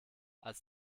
als